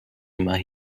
immer